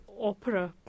opera